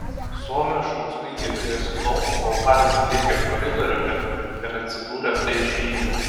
suomio šauksmai girdėjosi tol kol haris lėkė koridoriumi ir atsidūrė prie išėjimo